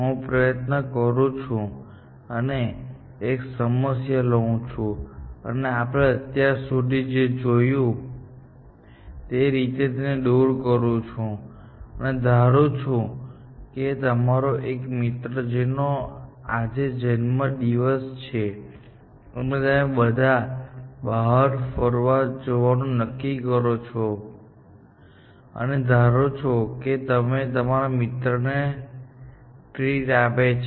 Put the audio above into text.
હું પ્રયત્ન કરું છું અને એક સમસ્યા લઉં છું અને આપણે અત્યાર સુધી જે રીતે જોયું છે તે રીતે તેને દૂર કરું છું અને ધારું છું કે તમારો એક મિત્ર છે જેનો આજે જન્મદિવસ છે અને તમે બધાએ બહાર જવાનું નક્કી કર્યું છે અને ધારો છો કે તે તમારા મિત્રોને ટ્રીટ આપે છે